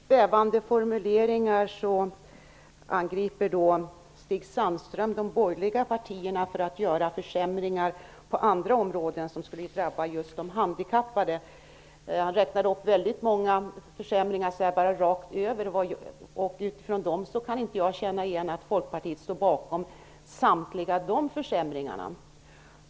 Fru talman! I ganska svävande formuleringar angriper Stig Sandström de borgerliga partierna för försämringar på andra områden som skulle drabba just de handikappade. Han räknade upp många försämringar, men jag kan inte se att Folkpartiet står bakom samtliga dessa.